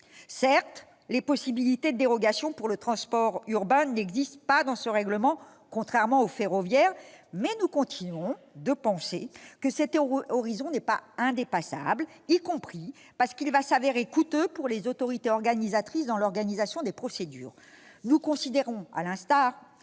Certes, les possibilités de dérogation pour le transport urbain n'existent pas dans ce règlement, contrairement au ferroviaire. Mais nous continuons de penser que cet horizon n'est pas indépassable, y compris parce qu'il va s'avérer coûteux pour les autorités organisatrices dans l'organisation des procédures. Nous considérons, à l'instar